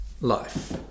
life